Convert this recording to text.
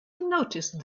noticed